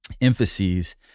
emphases